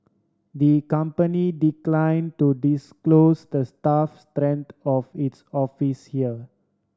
the company decline to disclose the staff strength of its office here